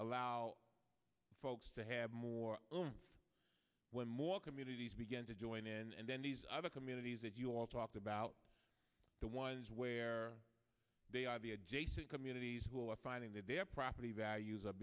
allow folks to have more room when more communities begin to join in and then these other communities that you all talked about the ones where they are the adjacent communities who are finding that their property values are